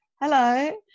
Hello